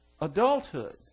adulthood